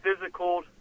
physical